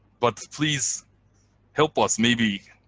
but please help us maybe